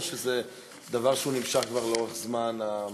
או שזה דבר שנמשך לאורך זמן?